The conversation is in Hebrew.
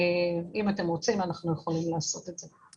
אם אתם רוצים אנחנו יכולים לעשות את זה.